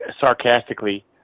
sarcastically